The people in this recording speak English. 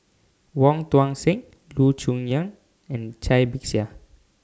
Wong Tuang Seng Loo Choon Yong and Cai Bixia